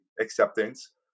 acceptance